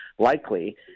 likely